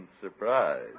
surprise